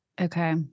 Okay